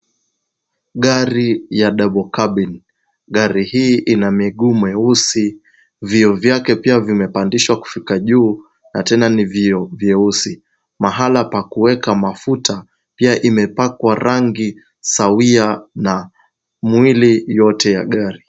Gari la Double Cabin. Gari hili lina miguu mieusi, vioo vyake pia vimepandishwa kufika juu na tena ni vioo vyeusi. Mahala pa kuweka mafuta, pia imepakwa rangi sawia na mwili wote wa gari.